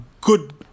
good